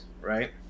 right